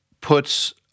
puts